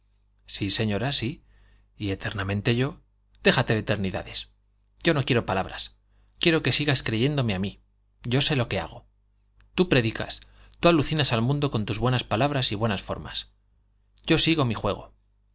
sí señora sí y eternamente yo déjate de eternidades yo no quiero palabras quiero que sigas creyéndome a mí yo sé lo que hago tú predicas tú alucinas al mundo con tus buenas palabras y buenas formas yo sigo mi juego